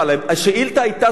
השאילתא היתה זאת.